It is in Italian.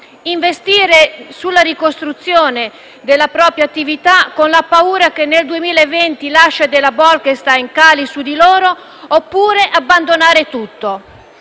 investire sulla ricostruzione della propria attività, con la paura che nel 2020 l'ascia della Bolkestein cali su di loro, oppure abbandonare tutto.